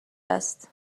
است